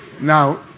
Now